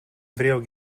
video